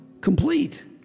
complete